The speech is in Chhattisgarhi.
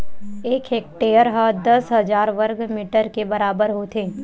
एक हेक्टेअर हा दस हजार वर्ग मीटर के बराबर होथे